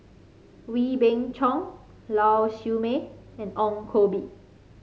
Wee Beng Chong Lau Siew Mei and Ong Koh Bee